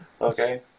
Okay